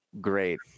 great